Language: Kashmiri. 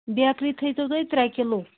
بیکری تھٲیزیو تُہۍ ترٛےٚ کِلوٗ